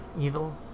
evil